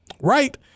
right